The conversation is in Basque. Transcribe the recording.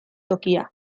tokia